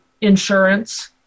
insurance